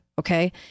Okay